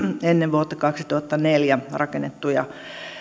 ennen vuotta kaksituhattaneljä rakennettuja